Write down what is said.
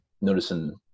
noticing